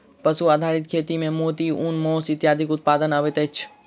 पशु आधारित खेती मे मोती, ऊन, मौस इत्यादिक उत्पादन अबैत अछि